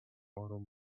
آروم